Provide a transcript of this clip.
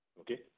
okay